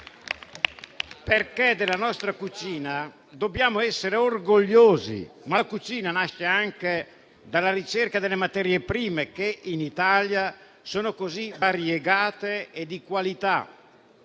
Della nostra cucina dobbiamo essere orgogliosi, ma la cucina nasce anche dalla ricerca delle materie prime che in Italia sono così variegate e di qualità,